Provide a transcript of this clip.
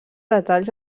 detalls